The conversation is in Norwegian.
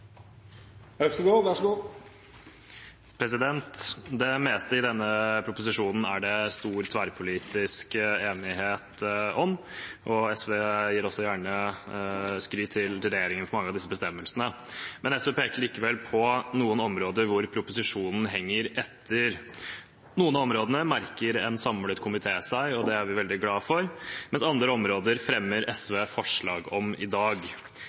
SV gir også gjerne skryt til regjeringen når det gjelder mange av disse bestemmelsene. SV peker likevel på noen områder hvor proposisjonen henger etter. Noen av områdene merker en samlet komité seg, og det er vi veldig glade for, mens på andre områder fremmer SV forslag i dag. Ett av de områdene er retten til ettervern, som vi har diskutert litt. I dag